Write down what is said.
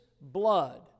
blood